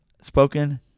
Spoken